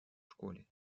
школі